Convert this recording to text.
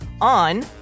on